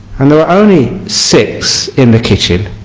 and there were only six in